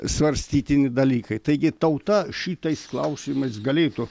svarstytini dalykai taigi tauta šitais klausimais galėtų